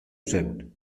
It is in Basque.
zen